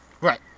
Right